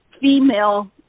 female